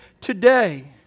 today